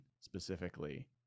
specifically